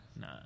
No